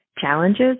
challenges